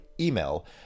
email